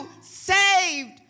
saved